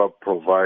provide